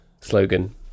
slogan